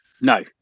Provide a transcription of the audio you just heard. No